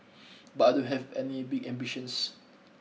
but I don't have any big ambitions